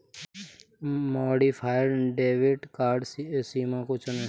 modified debit card सीमा को चुनें